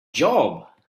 job